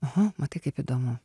aha matai kaip įdomu